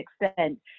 extent